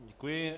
Děkuji.